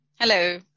Hello